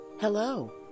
Hello